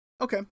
Okay